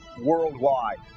worldwide